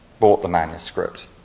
bought the manuscript